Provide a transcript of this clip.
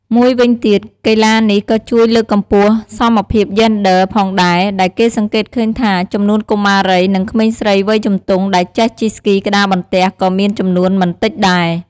មួយវិញទៀត កីឡានេះក៏ជួយលើកកម្ពស់សមភាពយេនឌ័រផងដែរ ដែលគេសង្កេតឃើញថា ចំនួនកុមារី និងក្មេងស្រីវ័យជំទង់ដែលចេះជិះស្គីក្ដារបន្ទះក៏មានចំនួនមិនតិចដែរ។